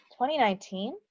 2019